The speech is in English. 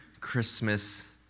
Christmas